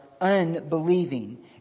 unbelieving